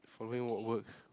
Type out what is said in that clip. following what works